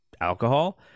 alcohol